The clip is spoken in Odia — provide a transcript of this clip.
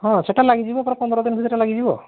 ହଁ ସେଇଟା ଲାଗିଯିବ ପୁରା ପନ୍ଦର ଦିନ ଭିତରେ ସେଇଟା ଲାଗିଯିବ